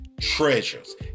treasures